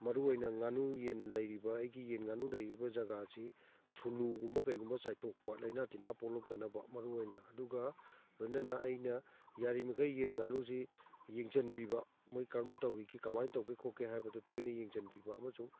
ꯃꯔꯨ ꯑꯣꯏꯅ ꯉꯥꯅꯨ ꯌꯦꯟ ꯂꯩꯔꯤꯕ ꯑꯩꯒꯤ ꯌꯦꯟ ꯉꯥꯅꯨ ꯂꯩꯔꯤꯕ ꯖꯒꯥꯁꯤ ꯁꯨꯅꯨ ꯒꯨꯝꯕ ꯀꯩꯒꯨꯝꯕ ꯆꯥꯏꯊꯣꯛꯄ ꯂꯥꯏꯅꯥ ꯇꯤꯟꯅꯥ ꯄꯣꯛꯂꯛꯇꯅꯕ ꯃꯔꯨ ꯑꯣꯏꯅ ꯑꯗꯨꯒ ꯂꯣꯏꯅꯅ ꯑꯩꯅ ꯌꯥꯔꯤꯃꯈꯩ ꯌꯦꯟ ꯉꯥꯅꯨꯁꯤ ꯌꯦꯡꯁꯟꯕꯤꯕ ꯃꯣꯏ ꯀꯔꯝ ꯇꯧꯔꯤꯒꯦ ꯀꯃꯥꯏ ꯇꯧꯒꯦ ꯈꯣꯠꯀꯦ ꯍꯥꯏꯕꯗꯣ ꯇꯣꯏꯅ ꯌꯦꯡꯁꯟꯕꯤꯕ ꯑꯃꯁꯨꯡ